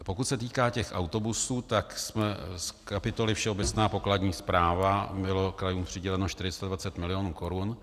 Pokud se týká těch autobusů, tak z kapitoly Všeobecná pokladní správa bylo krajům přiděleno 420 milionů korun.